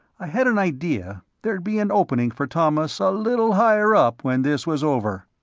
i had an idea there'd be an opening for thomas a little higher up when this was over.